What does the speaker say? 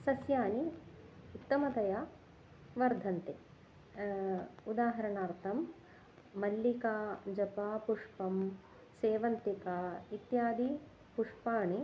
सस्यानि उत्तमतया वर्धन्ते उदाहरणार्थं मल्लिका जपापुष्पं सेवन्तिका इत्यादि पुष्पाणि